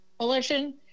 election